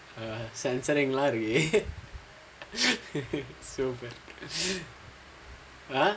sun சடைங்களா இருக்கு:sadaingalaa irukku super